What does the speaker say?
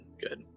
good